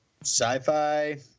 sci-fi